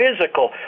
physical